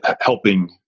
helping